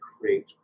create